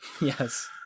Yes